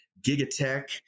Gigatech